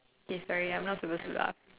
K sorry I'm not supposed to laugh